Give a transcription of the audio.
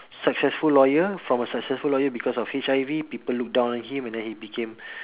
successful lawyer from a successful lawyer because of H_I_V people look down on him and then he became